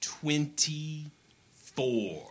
Twenty-four